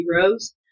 heroes